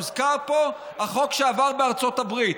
הוזכר פה החוק שעבר בארצות הברית.